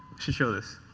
should show this.